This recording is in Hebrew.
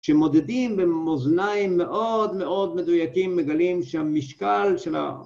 שמודדים במאזניים מאוד מאוד מדויקים מגלים שהמשקל של ה..